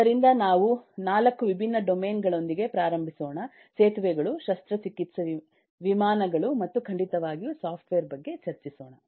ಆದ್ದರಿಂದ ನಾವು 4 ವಿಭಿನ್ನ ಡೊಮೇನ್ ಗಳೊಂದಿಗೆ ಪ್ರಾರಂಭಿಸೋಣ ಸೇತುವೆಗಳು ಶಸ್ತ್ರಚಿಕಿತ್ಸೆ ವಿಮಾನಗಳು ಮತ್ತು ಖಂಡಿತವಾಗಿಯೂ ಸಾಫ್ಟ್ವೇರ್ ಬಗ್ಗೆ ಚರ್ಚಿಸೋಣ